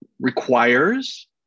requires